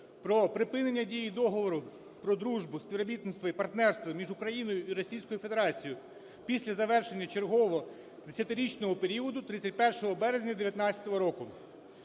про припинення дії Договору про дружбу, співробітництво і партнерство між Україною і Російською Федерацією після завершення чергового 10-річного періоду 31 березня 19-го року.